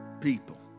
People